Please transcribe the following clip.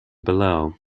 below